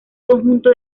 conjunto